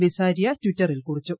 ബിസാരിയ ട്വിറ്ററിൽ കൂറിച്ചു